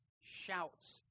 shouts